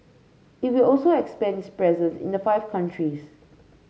it will also expand its presence in the five countries